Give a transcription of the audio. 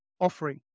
offering